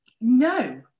no